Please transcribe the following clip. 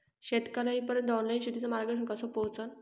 शेतकर्याइपर्यंत ऑनलाईन शेतीचं मार्गदर्शन कस पोहोचन?